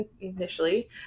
initially